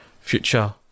future